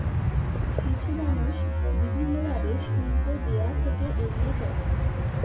কিছু মানুষ বিভিন্ন ভাবে শুল্ক দেওয়া থেকে এড়িয়ে চলে